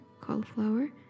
cauliflower